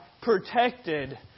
protected